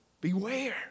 Beware